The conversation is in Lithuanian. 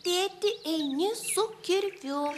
tėti eini su kirviu